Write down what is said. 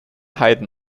haydn